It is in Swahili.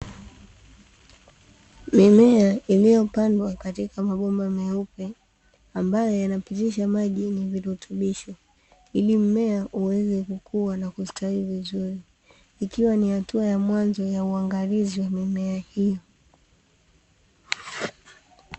Mimea iliyopandwa katika mabomba meupe, ambayo yanapitisha maji yenye virutubisho ili mmea uweze kukua na kustawi vizuri, ikiwa ni hatua ya mwanzo ya uangalizi wa mimea hiyo.